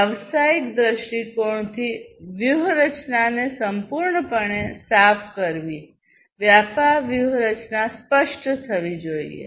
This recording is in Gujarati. વ્યવસાયિક દૃષ્ટિકોણથી વ્યૂહરચનાને સંપૂર્ણપણે સાફ કરવી વ્યાપાર વ્યૂહરચના સ્પષ્ટ થવી જોઈએ